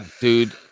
dude